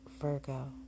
Virgo